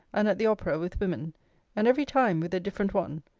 and at the opera, with women and every time with a different one